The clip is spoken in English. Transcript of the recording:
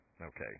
okay